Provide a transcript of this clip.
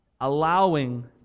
allowing